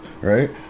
right